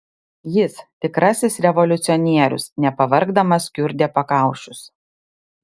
jis tikrasis revoliucionierius nepavargdamas kiurdė pakaušius